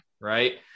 right